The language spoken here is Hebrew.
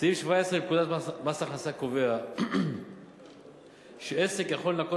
סעיף 17 לפקודת מס הכנסה קובע שעסק יכול לנכות